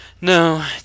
No